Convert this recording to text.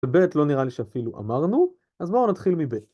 ובית, לא נראה לי שאפילו אמרנו, אז בואו נתחיל מבית